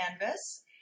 canvas